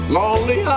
lonely